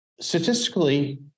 Statistically